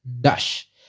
Dash